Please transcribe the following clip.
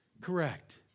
Correct